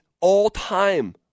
all-time